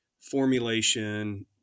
formulation